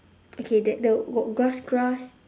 okay then the got grass grass